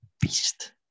beast